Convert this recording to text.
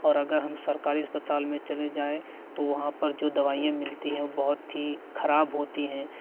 और अगर हम सरकारी अस्पताल में चले जाए तो वहाँ पर जो दवाइयाँ मिलती है वो बहुत ही खराब होती हैं